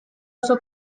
oso